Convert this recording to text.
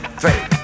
three